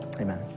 amen